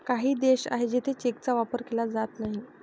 काही देश आहे जिथे चेकचा वापर केला जात नाही